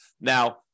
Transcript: Now